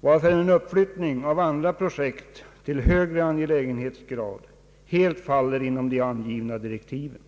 varför en uppflyttning av andra projekt till högre angelägenhetsgrad helt faller inom de angivna direktiven.